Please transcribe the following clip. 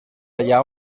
allà